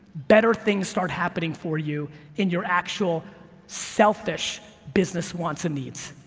better things start happening for you in your actual selfish business wants and needs.